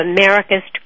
America's